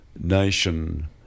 nation